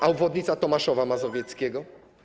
A obwodnica Tomaszowa Mazowieckiego?